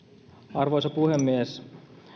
arvoisa puhemies